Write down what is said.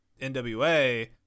NWA